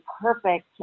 perfect